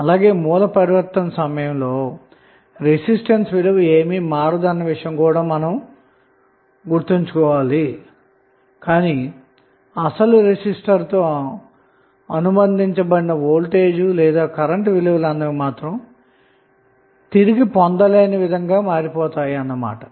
అలాగే source transformation చేయునప్పుడు resistance విలువ లో ఎటువంటి మార్పు ఉండదు కానీ ఆ రెసిస్టెన్స్ తో అనుబంధించబడి యున్న వోల్టేజ్ లేదా కరెంటు విలువలు మాత్రం తిరిగి పొందలేని విధంగా మారుతాయన్నమాట